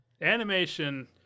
Animation